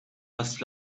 was